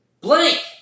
Blank